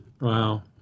Wow